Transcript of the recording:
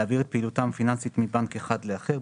להעביר את פעילותם הפיננסית מבנק אחד לאחר,